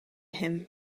him